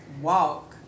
Walk